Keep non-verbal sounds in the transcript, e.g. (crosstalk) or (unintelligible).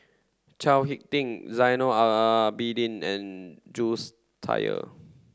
Chao Hick Tin Zainal (unintelligible) Abidin and Jules (unintelligible)